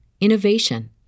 innovation